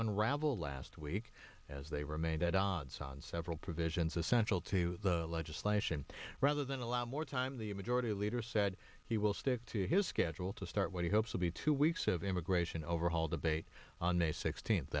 unravel last week as they remained at odds on several provisions essential to the legislation rather than allow more time the majority leader said he will stick to his schedule to start what he hopes will be two weeks of immigration overhaul debate on may sixteenth